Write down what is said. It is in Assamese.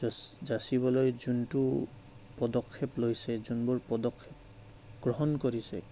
যাচিবলৈ যোনটো পদক্ষেপ লৈছে যোনবোৰ পদক্ষেপ গ্ৰহণ কৰিছে